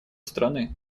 страны